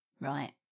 Right